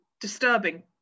disturbing